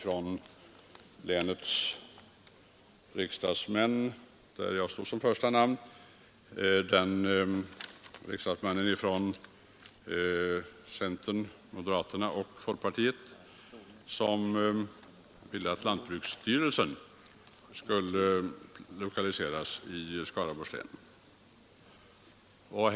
Då väckte vi riksdagsledamöter från fp, c och m från länet en motion, där jag stod som första namn, och som föreslog att lantbruksstyrelsen skulle lokaliseras till Skaraborgs län, vilket jag fullföljde med yrkande i debatten.